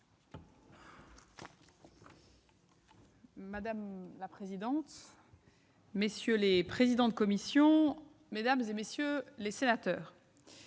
Madame la présidente, messieurs les présidents de commission, mesdames, messieurs les sénateurs,